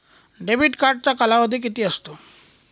Debit कार्डचा कालावधी किती असतो?